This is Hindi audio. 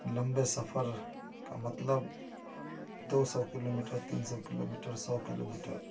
लम्बे सफ़र का मतलब दो सौ किलोमीटर तीन सौ किलोमीटर सौ किलीमीटर